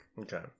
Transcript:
Okay